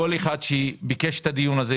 לכל אחד שביקש את הדיון הזה,